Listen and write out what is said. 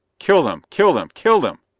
kill them. kill them. kill them!